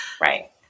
right